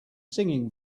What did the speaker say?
singing